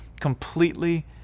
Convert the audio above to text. completely